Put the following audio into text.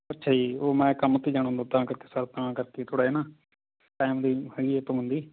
ਅੱਛਾ ਜੀ ਉਹ ਮੈਂ ਕੰਮ 'ਤੇ ਜਾਣਾ ਹੁੰਦਾ ਤਾਂ ਕਰਕੇ ਸਰ ਤਾਂ ਕਰਕੇ ਥੋੜ੍ਹਾ ਜਿਹਾ ਨਾ ਟੈਮ ਦੀ ਹੈਗੀ ਹੈ ਪਾਬੰਦੀ